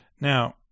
Now